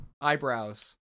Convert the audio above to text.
eyebrows